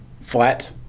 flat